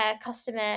customer